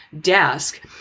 desk